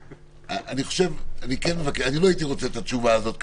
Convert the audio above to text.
לא הייתי רוצה לקבל כרגע את התשובה הזאת,